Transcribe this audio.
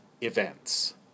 events